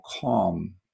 calm